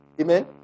Amen